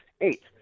Eight